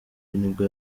nibwo